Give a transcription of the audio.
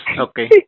Okay